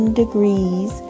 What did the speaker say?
degrees